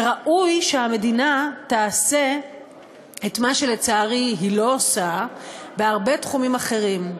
וראוי שהמדינה תעשה את מה שלצערי היא לא עושה בהרבה תחומים אחרים,